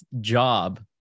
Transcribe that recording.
job